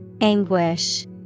Anguish